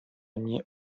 nie